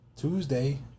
Tuesday